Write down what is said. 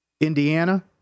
Indiana